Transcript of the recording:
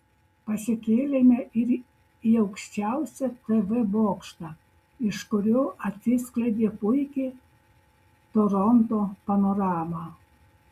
pasikėlėme ir į aukščiausią tv bokštą iš kurio atsiskleidė puiki toronto panorama